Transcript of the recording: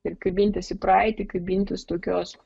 ir kabintis į praeitį kabintis tokios